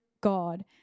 God